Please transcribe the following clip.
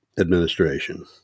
Administration